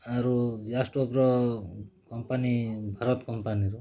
ଆରୁ gas stove ର company Bharat କଂମ୍ଫାନୀର